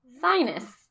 sinus